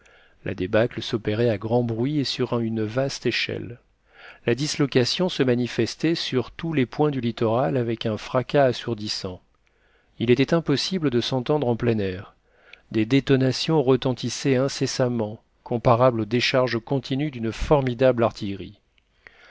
la débâcle s'opérait à grand bruit et sur une vaste échelle la dislocation se manifestait sur tous les points du littoral avec un fracas assourdissant il était impossible de s'entendre en plein air des détonations retentissaient incessamment comparables aux décharges continues d'une formidable artillerie